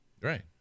right